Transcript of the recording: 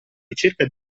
ricerca